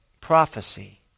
prophecy